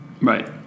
Right